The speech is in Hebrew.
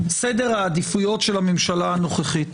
סדר העדיפויות של הממשלה הנוכחית.